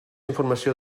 informació